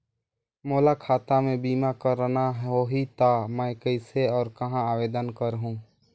मोला खाता मे बीमा करना होहि ता मैं कइसे और कहां आवेदन करहूं?